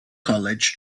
college